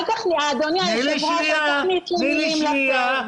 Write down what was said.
אדוני היושב-ראש, אל תכניס לי מילים לפה.